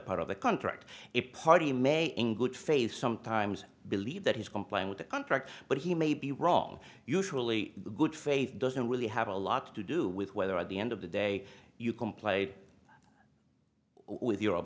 part of the contract a party may in good faith sometimes believe that he's complying with the contract but he may be wrong usually good faith doesn't really have a lot to do with whether at the end of the day you can play with